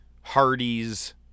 Hardys –